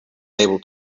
able